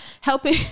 helping